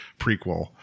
prequel